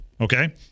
Okay